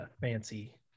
fancy